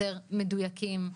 יותר מדויקים,